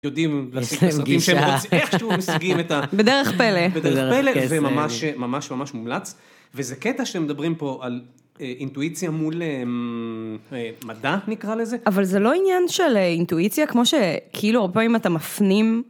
יודעים להשיג את הסרטים שהם מוציאים, איך שהם משיגים את ה... בדרך פלא. בדרך פלא, זה ממש ממש ממש מומלץ. וזה קטע שהם מדברים פה על אינטואיציה מול מדע, נקרא לזה. אבל זה לא עניין של אינטואיציה, כמו שכאילו, הרבה פעמים אתה מפנים...